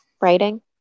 writing